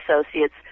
associates